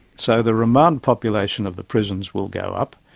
so the remand population of the prisons will go up.